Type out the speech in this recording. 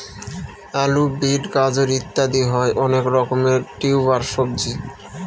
আলু, বিট, গাজর ইত্যাদি হয় অনেক রকমের টিউবার সবজি